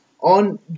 on